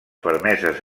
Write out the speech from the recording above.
permeses